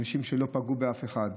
אנשים שלא פגעו באף אחד,